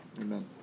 amen